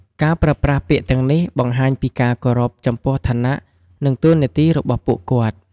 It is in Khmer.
ការប្រើប្រាស់ពាក្យទាំងនេះបង្ហាញពីការគោរពចំពោះឋានៈ និងតួនាទីរបស់ពួកគាត់។